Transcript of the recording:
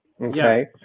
Okay